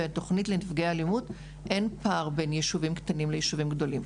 בתוכנית לנפגעי אלימות אין פער בין יישובים קטנים ליישובים גדולים.